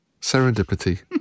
serendipity